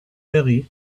berry